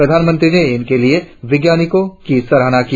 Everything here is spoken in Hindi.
प्रधानमंत्री ने इनके लिए वैज्ञानिकों की सराहना की